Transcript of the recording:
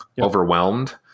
overwhelmed